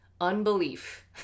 unbelief